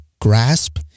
grasp